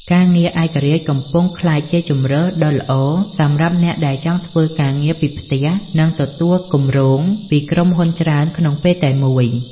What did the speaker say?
ការងារឯករាជ្យ កំពុងក្លាយជាជម្រើសដ៏ល្អសម្រាប់អ្នកដែលចង់ធ្វើការងារពីផ្ទះ និងទទួលគម្រោងពីក្រុមហ៊ុនច្រើនក្នុងពេលតែមួយ។